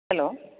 hello